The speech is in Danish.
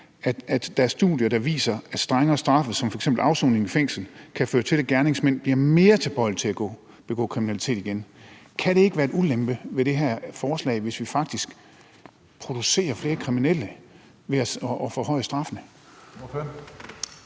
at der er studier, der viser, at strengere straffe som f.eks. afsoning i fængsel kan føre til, at gerningsmænd bliver mere tilbøjelige til at begå kriminalitet igen. Kan det ikke være en ulempe ved det her forslag, hvis vi faktisk producerer flere kriminelle ved at forhøje straffene?